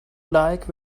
like